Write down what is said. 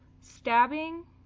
stabbing